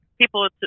people